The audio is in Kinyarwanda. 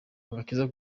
agakiza